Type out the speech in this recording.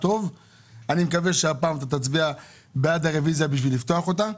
אני מקווה שהפעם אתה תצביע בעד הרביזיה כדי לפתוח אותה.